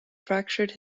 fractured